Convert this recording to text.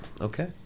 Okay